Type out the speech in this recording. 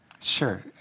Sure